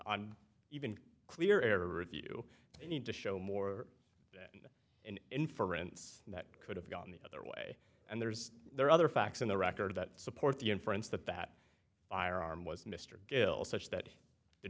on even clear error if you need to show more than an inference that could have gone the other way and there's there are other facts in the record that support the inference that that firearm was mr gill such that the